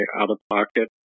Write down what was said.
out-of-pocket